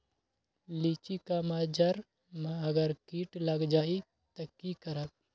लिचि क मजर म अगर किट लग जाई त की करब?